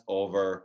over